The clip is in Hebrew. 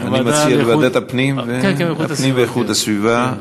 אני מציע בוועדת הפנים ואיכות הסביבה.